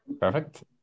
Perfect